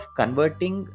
converting